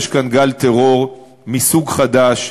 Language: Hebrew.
יש כאן גל טרור מסוג חדש,